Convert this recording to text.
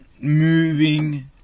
moving